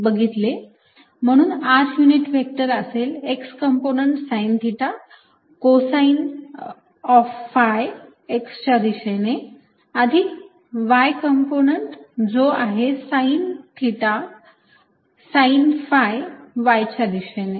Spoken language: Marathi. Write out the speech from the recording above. म्हणून r युनिट व्हेक्टर असेल x component sine theta cosine of phi X च्या दिशेने अधिक y कंपोनंट जो आहे sine theta sine phi y च्या दिशेने